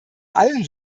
allen